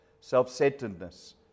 self-centeredness